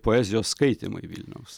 poezijos skaitymai vilniaus